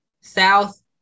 south